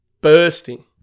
bursting